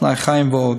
תנאי חיים ועוד.